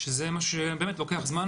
זה משהו שבאמת לוקח זמן,